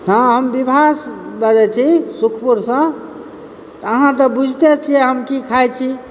हाँ हम विभास बजै छी सुखपुरसँ अहाँ तऽ बुझते छिऐ हम की खाइ छी